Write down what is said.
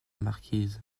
marquise